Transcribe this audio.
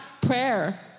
prayer